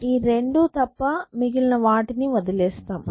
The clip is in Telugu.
ఈ రెండు తప్ప మిగిలిన వాటిని వదిలేస్తున్నాం